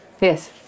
Yes